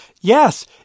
yes